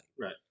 Right